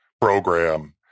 program